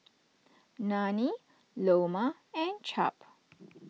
Nanie Loma and Cap